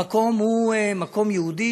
המקום הוא מקום יהודי,